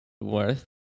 worth